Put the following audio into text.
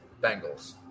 Bengals